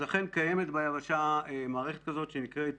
אכן קיימת ביבשה מערכת כזאת שנקראת